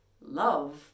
Love